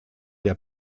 der